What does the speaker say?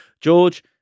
George